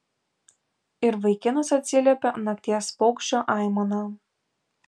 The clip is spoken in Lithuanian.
ir vaikinas atsiliepė nakties paukščio aimana